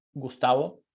Gustavo